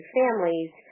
families